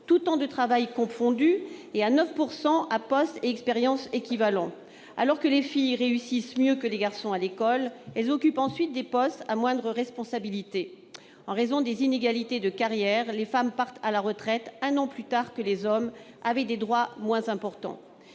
tous temps de travail confondus, et à 9 % à poste et expérience équivalents. Alors que les filles réussissent mieux que les garçons à l'école, elles occupent ensuite des postes à moindre responsabilité. En raison des inégalités de carrière, les femmes partent à la retraite un an plus tard que les hommes, avec des droits moins importants.